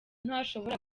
ntashobora